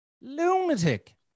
Lunatic